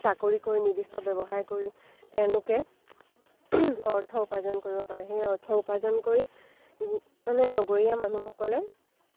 চাকৰি কৰি নিৰ্দিষ্ট ব্যৱসায় কৰি তেওঁলোকে অৰ্থ উপাৰ্জন কৰিব পাৰে সেই অৰ্থ উপাৰ্জন কৰি মানে নগৰীয়া মানুহসকলে